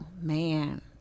man